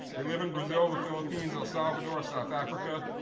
they live in brazil, the philippines, el salvador, south africa,